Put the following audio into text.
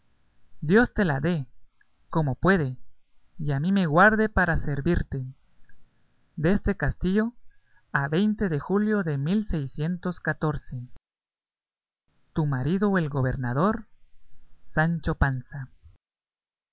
dios te la dé como puede y a mí me guarde para servirte deste castillo a veinte de julio de tu marido el gobernador sancho panza